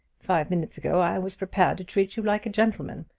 five minutes ago i was prepared to treat you like a gentleman.